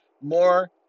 more